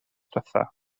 ddiwethaf